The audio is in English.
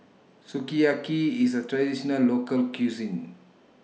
Sukiyaki IS A Traditional Local Cuisine